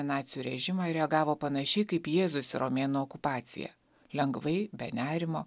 į nacių režimą reagavo panašiai kaip jėzus į romėnų okupaciją lengvai be nerimo